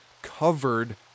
covered